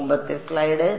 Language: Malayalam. മുമ്പത്തെ സ്ലൈഡ്